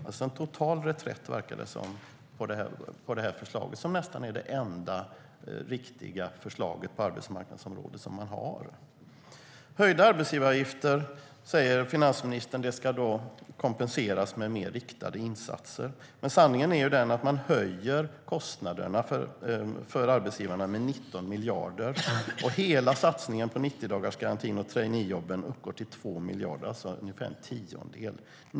Det verkar alltså vara en total reträtt på det här förslaget, som nästan är det enda riktiga förslaget på arbetsmarknadsområdet som regeringen har. Höjda arbetsgivaravgifter ska kompenseras med mer riktade insatser, säger finansministern. Men sanningen är ju den att man höjer kostnaderna för arbetsgivarna med 19 miljarder. Hela satsningen på 90-dagarsgarantin och på traineejobben uppgår till 2 miljarder, alltså ungefär en tiondel.